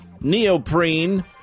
neoprene